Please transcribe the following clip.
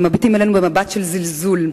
הם מביטים עלינו במבט של זלזול.